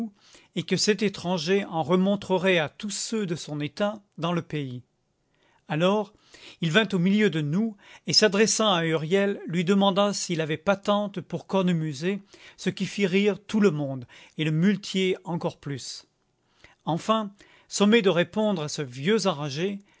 et que cet étranger en remontrerait à tous ceux de son état dans le pays alors il vint au milieu de nous et s'adressant à huriel lui demanda s'il avait patente pour cornemuser ce qui fit rire tout le monde et le muletier encore plus enfin sommé de répondre à ce vieux enragé